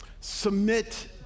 submit